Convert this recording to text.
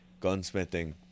gunsmithing